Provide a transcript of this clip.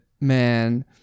man